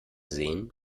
sehen